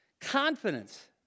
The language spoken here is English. confidence